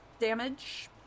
damage